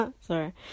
sorry